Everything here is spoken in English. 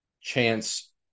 chance